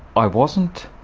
i wasn't